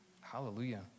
hallelujah